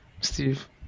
Steve